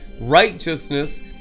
righteousness